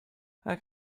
how